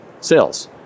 sales